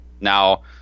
Now